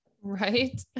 right